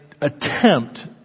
attempt